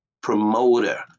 promoter